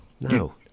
No